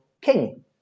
king